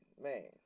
man